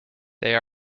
they